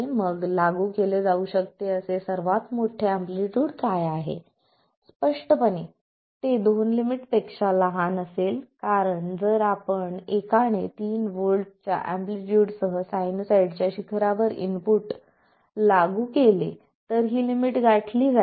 मग लागू केले जाऊ शकते असे सर्वात मोठे एम्पलीट्यूड काय आहे स्पष्टपणे ते दोन लिमिटपेक्षा लहान असेल कारण जर आपण एकाने तीन व्होल्टच्या एम्पलीट्यूडसह साइनसॉइडच्या शिखरावर इनपुट लागू केले तर ही लिमिट गाठली जाईल